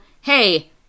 Hey